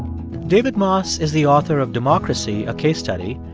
david moss is the author of democracy a case study.